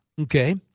Okay